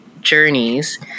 journeys